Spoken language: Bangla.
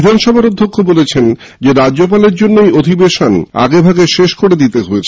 বিধানসভার অধ্যক্ষ বলেছেন রাজ্যপালের জন্যই অধিবেশন আগেভাগে শেষ করে দিতে হয়েছে